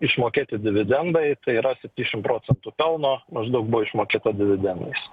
išmokėti dividendai tai yra septyniasdešim procentų pelno maždaug buvo išmokėta dividendais